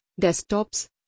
desktops